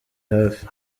hafi